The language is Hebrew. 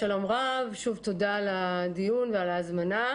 רב, שוב, תודה על הדיון ועל ההזמנה.